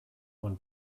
one